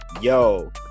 Yo